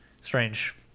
Strange